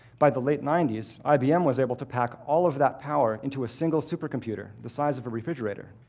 by the late ninety s, ibm was able to pack all of that power into a single supercomputer the size of a refrigerator.